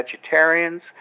vegetarians